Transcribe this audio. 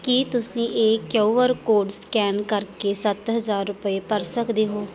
ਕੀ ਤੁਸੀਂ ਇਹ Q R code scan ਕਰ ਕੇ ਸੱਤ ਹਜ਼ਾਰ ਰੁਪਏ ਭਰ ਸਕਦੇ ਹੋ